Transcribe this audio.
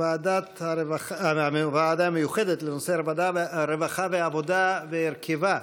הוועדה המיוחדת לנושא הרווחה והעבודה והרכבה.